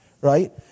right